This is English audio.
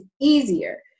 easier